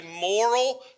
moral